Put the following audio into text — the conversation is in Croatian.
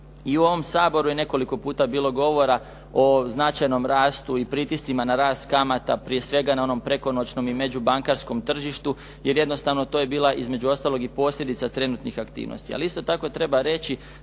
I u ovom Saboru je nekoliko puta bilo govora o značajnom rastu i pritiscima na rast kamata prije svega na onom prekonoćnom i međubankarskom tržištu jer jednostavno to je bila između ostalog i posljedica trenutnih aktivnosti, ali isto tako treba reći